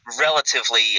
relatively –